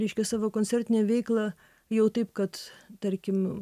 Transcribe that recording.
reiškia savo koncertinę veiklą jau taip kad tarkim